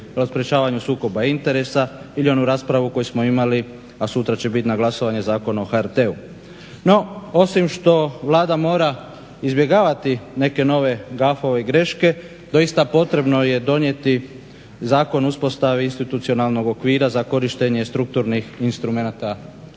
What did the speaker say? o sprječavanju sukoba interesa ili onu raspravu koju smo imali a sutra će biti na glasovanju Zakon o HRT-u. No, osim što Vlada mora izbjegavati neke nove gafove i greške doista potrebno je donijeti Zakon o uspostavi institucionalnog okvira za korištenje strukturnih instrumenata